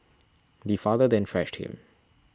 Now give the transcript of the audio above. the father then thrashed him